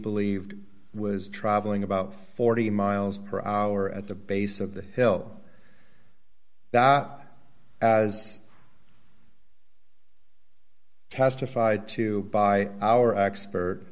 believed was traveling about forty miles per hour at the base of the hill as testified to by our expert